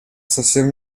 совсем